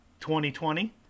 2020